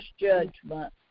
judgment